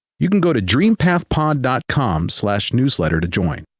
you can go to dreampathpod dot com slash newsletter to join.